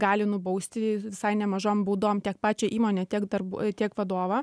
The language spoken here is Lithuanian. gali nubausti visai ne mažom baudom tiek pačią įmonę tiek darbuo tiek vadovą